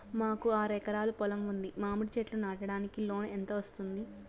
మాకు ఆరు ఎకరాలు పొలం ఉంది, మామిడి చెట్లు నాటడానికి లోను ఎంత వస్తుంది?